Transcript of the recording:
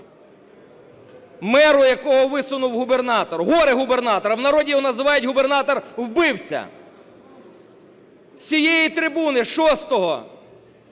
меру, якого висунув губернатор, горе-губернатор, а в народі його називають губернатор-вбивця. З цієї трибуни 6